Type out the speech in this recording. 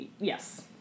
yes